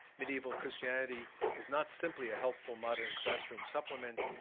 medieval christianity is not simply a helpful modern classroom supplement.